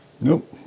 Nope